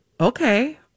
Okay